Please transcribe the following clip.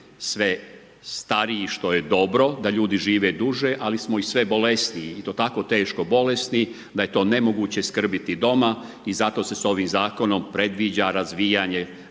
sve stariji što je dobro da ljudi žive duže ali smo i sve bolesniji i to tako teško bolesni da je to nemoguće skrbiti doma i zato se ovim zakonom predviđa razvijanje mreže